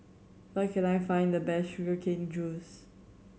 where can I find the best sugar cane juice